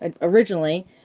originally